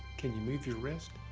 can you move your wrist?